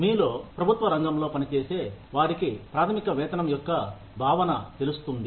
మీలో ప్రభుత్వ రంగంలో పనిచేసే వారికి ప్రాథమిక వేతనం యొక్క భావన తెలుస్తుంది